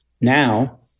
Now